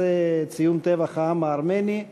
ציון טבח העם הארמני,